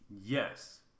Yes